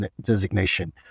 designation